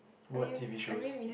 what T_V shows